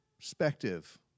Perspective